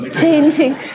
changing